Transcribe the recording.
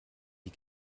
die